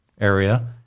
area